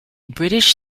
british